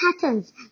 patterns